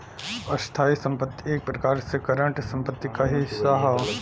स्थायी संपत्ति एक प्रकार से करंट संपत्ति क ही हिस्सा हौ